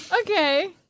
Okay